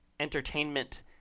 entertainment